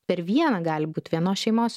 per vieną gali būt vienos šeimos